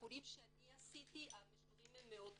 מביקורים שאני עשיתי המשובים הם מאוד טובים.